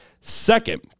Second